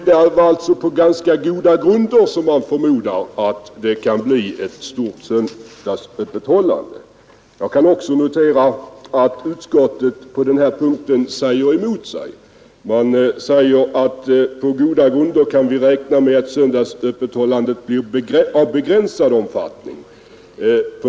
Det var alltså på ganska goda grunder som jag förmodade att det kan komma att bli ett omfattande söndagsöppethållande. Jag noterar också att utskottet på denna punkt säger emot sig självt. Utskottet säger att man ”på goda grunder” kan ”räkna med att söndagsöppethållningen blir av begränsad omfattning”.